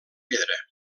pedra